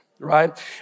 Right